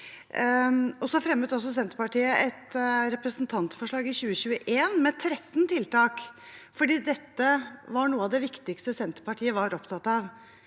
Senterpartiet også et representantforslag i 2021, med 13 tiltak, fordi dette var noe av det viktigste Senterpartiet var opptatt av.